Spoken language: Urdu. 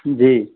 جی